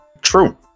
True